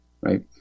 right